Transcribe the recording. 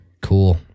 Cool